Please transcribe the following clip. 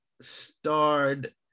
starred